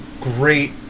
great